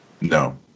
No